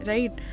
Right